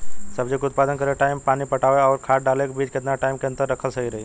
सब्जी के उत्पादन करे टाइम पानी पटावे आउर खाद डाले के बीच केतना टाइम के अंतर रखल सही रही?